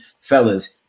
fellas